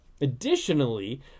Additionally